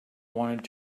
wanted